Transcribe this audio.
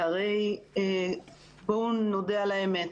שהרי בואו נודה על האמת,